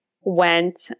went